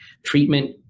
Treatment